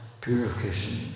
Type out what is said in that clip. purification